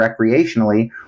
recreationally